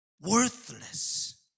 worthless